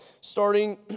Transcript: Starting